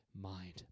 mind